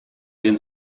den